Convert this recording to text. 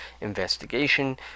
investigation